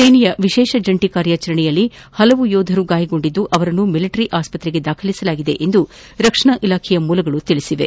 ಸೇನೆಯ ವಿಶೇಷ ಜಂಟಿ ಕಾರ್ಯಾಚರಣೆಯಲ್ಲಿ ಹಲವು ಯೋಧರು ಗಾಯಗೊಂಡಿದ್ದು ಅವರನ್ನು ಮಿಲಿಟರಿ ಆಸ್ಸತ್ರೆಗೆ ದಾಖಲಿಸಲಾಗಿದೆ ಎಂದು ರಕ್ಷಣಾ ಇಲಾಖೆಯ ಮೂಲಗಳು ತಿಳಿಸಿವೆ